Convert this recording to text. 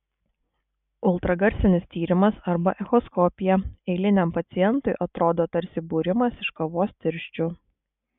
ultragarsinis tyrimas arba echoskopija eiliniam pacientui atrodo tarsi būrimas iš kavos tirščių